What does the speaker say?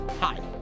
Hi